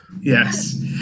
Yes